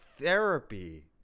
therapy